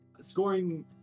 Scoring